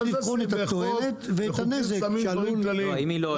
צריך לבחון את התועלת ואת הנזק שעלול לקרות.